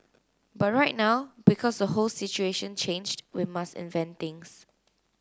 but right now because the whole situation changed we must invent things